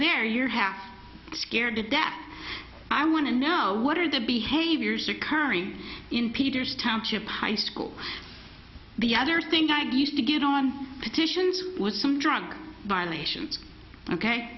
there you're happy scared to death i want to know what are the behaviors occurring in peters township high school the other thing i used to get on petitions was some drunk violations ok